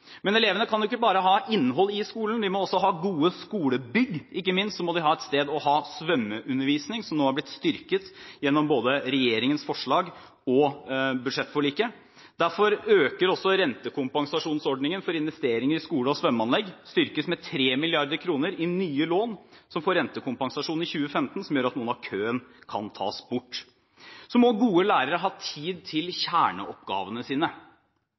Men elevene kan jo ikke bare ha innhold i skolen, de må også ha gode skolebygg. Ikke minst må de ha et sted å ha svømmeundervisning, som nå er blitt styrket gjennom både regjeringens forslag og budsjettforliket. Derfor øker vi også rentekompensasjonsordningen for investeringer i skole- og svømmeanlegg. Ordningen styrkes med 3 mrd. kr i nye lån som får rentekompensasjon i 2015, som gjør at noe av køen kan tas bort. Så må gode lærere ha tid til kjerneoppgavene sine.